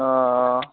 অঁ